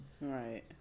Right